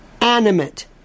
animate